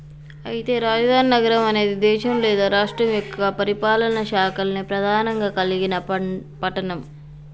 అయితే రాజధాని నగరం అనేది దేశం లేదా రాష్ట్రం యొక్క పరిపాలనా శాఖల్ని ప్రధానంగా కలిగిన పట్టణం